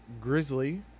Grizzly